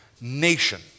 nation